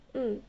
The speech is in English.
mm